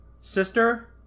Sister